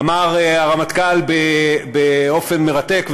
אמר הרמטכ"ל באופן מרתק,